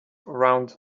around